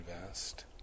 invest